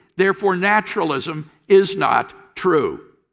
therefore, naturalism is not true.